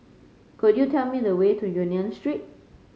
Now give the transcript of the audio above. could you tell me the way to Union Street